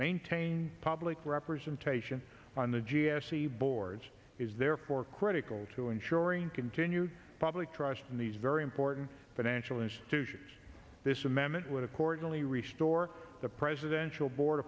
maintain public representation on the g s c boards is therefore critical to ensuring continued public trust in these very important financial institutions this amendment would accordingly re store the presidential board